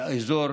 באזור